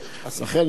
לכן אני מבקש,